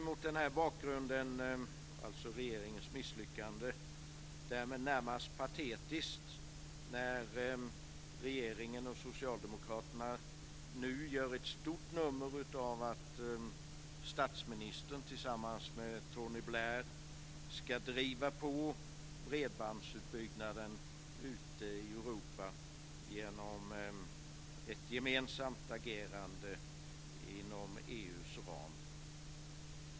Mot denna bakgrund, alltså regeringens misslyckande, ter det sig därmed närmast patetiskt när regeringen och Socialdemokraterna nu gör ett stort nummer av att statsministern tillsammans med Tony Blair ska driva på bredbandsutbyggnaden ute i Europa genom ett gemensamt agerande inom EU:s ram.